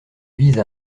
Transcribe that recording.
vise